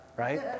right